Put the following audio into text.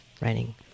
writing